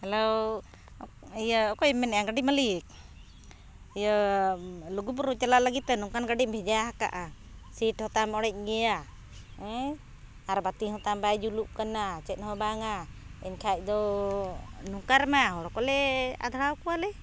hello ᱤᱭᱟᱹ ᱚᱠᱚᱭᱮᱢ ᱢᱮᱱᱮᱜᱼᱟ ᱜᱟᱹᱰᱤ ᱢᱟᱹᱞᱤᱠ ᱤᱭᱟᱹ ᱞᱩᱜᱩᱵᱩᱨᱩ ᱪᱟᱞᱟᱜ ᱞᱟᱦᱤᱫᱛᱮ ᱱᱚᱝᱠᱟᱱ ᱜᱟᱹᱰᱤᱢ ᱵᱷᱮᱡᱟᱠᱟᱫᱟ ᱥᱤᱴ ᱦᱚᱸᱛᱟᱢ ᱚᱲᱮᱡ ᱜᱮᱭᱟ ᱦᱮᱸ ᱟᱨ ᱵᱟᱹᱛᱤ ᱦᱚᱸᱛᱟᱢ ᱵᱟᱭ ᱡᱩᱞᱩᱜ ᱠᱟᱱᱟ ᱪᱮᱫ ᱦᱚᱸ ᱵᱟᱝᱼᱟ ᱮᱱᱠᱷᱟᱡ ᱫᱚ ᱱᱚᱝᱠᱟᱨᱮᱢᱟ ᱦᱚᱲ ᱠᱚᱞᱮ ᱟᱫᱷᱲᱟᱣ ᱠᱚᱣᱟᱞᱮ